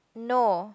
no